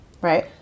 right